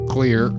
Clear